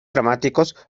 dramáticos